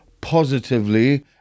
positively